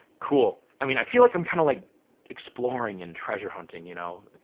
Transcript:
cool. i mean i feel like i'm kind of like exploring and treasure hunting you know?